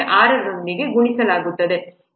6 ನೊಂದಿಗೆ ಗುಣಿಸಲಾಗುತ್ತದೆ